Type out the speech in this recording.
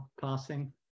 passing